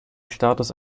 status